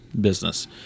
business